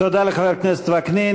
תודה לחבר הכנסת וקנין.